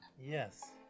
yes